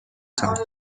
تان